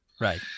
Right